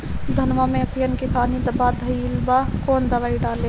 धनवा मै अखियन के खानि धबा भयीलबा कौन दवाई डाले?